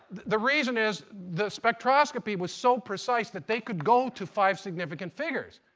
the reason is the spectroscopy was so precise that they could go to five significant figures.